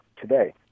today